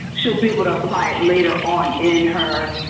she'll be able to apply later on in her,